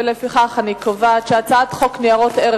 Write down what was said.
לפיכך אני קובעת שהצעת חוק ניירות ערך